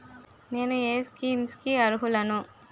నేను ఏ స్కీమ్స్ కి అరుహులను?